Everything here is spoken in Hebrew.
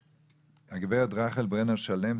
גברת רחל ברנר שלם,